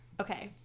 okay